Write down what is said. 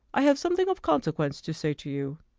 i have something of consequence to say to you.